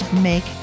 Make